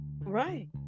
Right